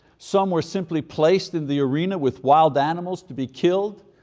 some were simply placed in the arena with wild animals to be killed.